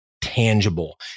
tangible